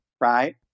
right